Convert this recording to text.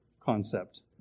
concept